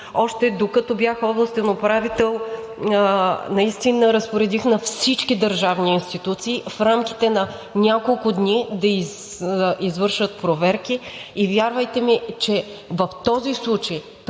Още докато бях областен управител наистина разпоредих на всички държавни институции в рамките на няколко дни да извършат проверки. И вярвайте ми, че в този случай, при